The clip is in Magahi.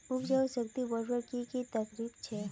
उपजाऊ शक्ति बढ़वार की की तरकीब छे?